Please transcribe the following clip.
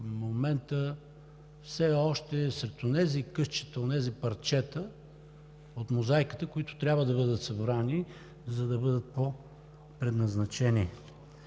момента все още е сред онези късчета, онези парчета от мозайката, които трябва да бъдат събрани, за да бъдат по предназначение